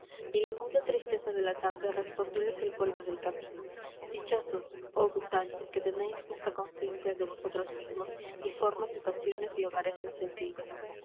río p en la muda tristeza de la tarde pondióles el polvo del camino lchosos oh gusanos que tenéis y f a c nciencia de vosotros mismos y rmas y pasiones gares encendidos